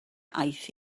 aeth